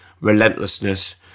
relentlessness